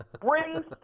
Bring